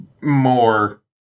more